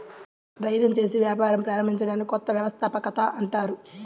ధైర్యం చేసి వ్యాపారం ప్రారంభించడాన్ని కొత్త వ్యవస్థాపకత అంటారు